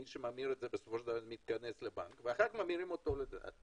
מי שממיר את זה זה מתכנס לבנק ואחר כך ממירים אותו לדולרים.